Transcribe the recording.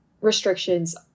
restrictions